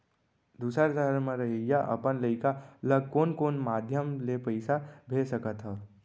दूसर सहर म रहइया अपन लइका ला कोन कोन माधयम ले पइसा भेज सकत हव?